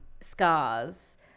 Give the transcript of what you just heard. scars